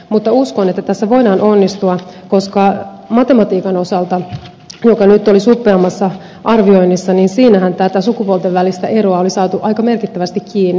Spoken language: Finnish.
mutta uskon että tässä voidaan onnistua koska matematiikan osalta joka nyt oli suppeammassa arvioinnissa sukupuolten välistä eroa oli saatu aika merkittävästi kiinni